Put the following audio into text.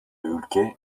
ülke